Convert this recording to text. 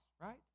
right